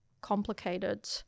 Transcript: complicated